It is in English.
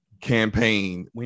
campaign